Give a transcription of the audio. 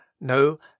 No